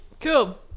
Cool